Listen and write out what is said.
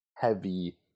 Heavy